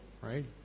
right